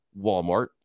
Walmart